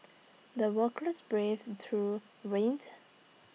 the workers braved through rained